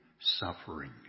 suffering